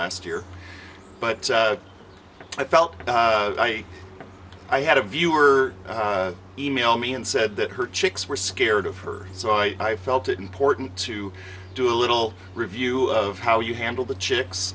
last year but i felt i had a viewer e mail me and said that her chicks were scared of her so i felt it important to do a little review of how you handle the chicks